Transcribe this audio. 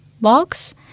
box